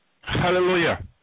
Hallelujah